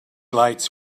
lights